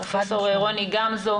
פרופ' רוני גמזו.